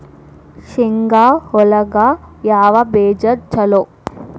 ಶೇಂಗಾ ಒಳಗ ಯಾವ ಬೇಜ ಛಲೋ?